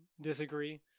disagree